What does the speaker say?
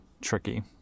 tricky